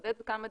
אחדד כמה דברים.